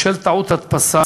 בשל טעות הדפסה,